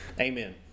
Amen